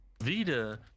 Vita